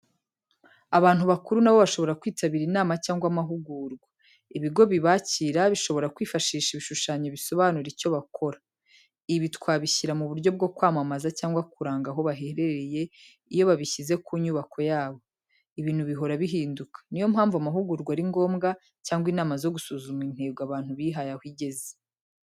Abantu bakuru na bo bashobora kwitabira inama cyangwa amahugurwa. Ibigo bibakira bishobora kwifashisha ibishushanyo bisobanura icyo bakora. Ibi twabishyira mu buryo bwo kwamamaza cyangwa kuranga aho baherereye iyo bagishyize ku nyubako yabo. Ibintu bihora bihinduka, ni yo mpamvu amahugurwa ari ngombwa, cyangwa inama zo gusuzuma intego abantu bihaye aho igeze.